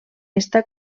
està